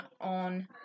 on